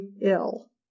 ill